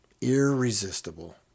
irresistible